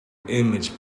image